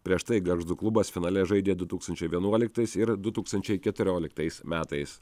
prieš tai gargždų klubas finale žaidė du tūkstančiai vienuoliktais ir du tūkstančiai keturioliktais metais